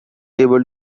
able